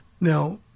Now